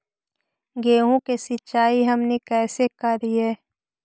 गेहूं के सिंचाई हमनि कैसे कारियय?